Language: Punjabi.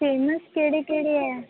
ਫੇਮਸ ਕਿਹੜੇ ਕਿਹੜੇ ਹੈ